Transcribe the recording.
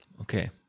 Okay